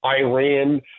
Iran